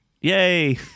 Yay